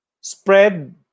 Spread